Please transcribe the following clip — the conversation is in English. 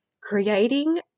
Creating